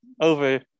over